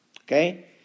okay